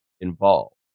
involved